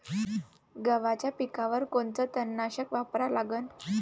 गव्हाच्या पिकावर कोनचं तननाशक वापरा लागन?